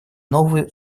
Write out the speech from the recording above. новые